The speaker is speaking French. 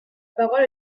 parole